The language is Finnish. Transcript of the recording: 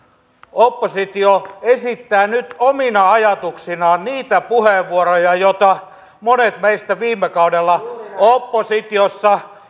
oppositio esittää nyt omina ajatuksinaan niitä puheenvuoroja joita monet meistä viime kaudella oppositiossa